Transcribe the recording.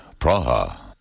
Praha